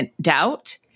doubt